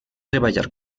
treballar